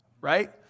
Right